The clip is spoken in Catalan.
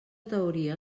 teoria